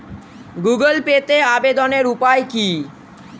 Google পেতে আবেদনের উপায় কি?